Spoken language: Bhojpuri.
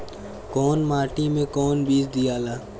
कौन माटी मे कौन बीज दियाला?